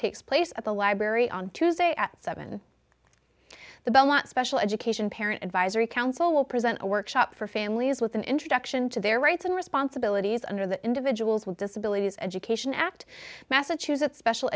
takes place at the library on tuesday at seven the bailout special education parent advisory council will present a workshop for families with an introduction to their rights and responsibilities under the individuals with disabilities education act massachusetts special